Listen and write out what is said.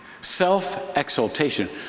Self-exaltation